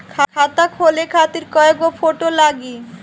खाता खोले खातिर कय गो फोटो लागी?